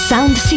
Sound